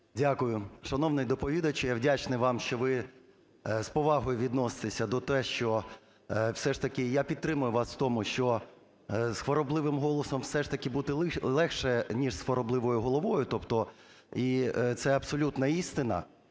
Дякую. Шановний доповідачу, я вдячний вам, що ви з повагою відноситеся до того, що все ж таки я підтримую вас в тому, що з хворобливим голосом все ж таки бути легше ніж з хворобливою головою. Тобто… І це абсолютна істина.